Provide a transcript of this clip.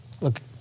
Look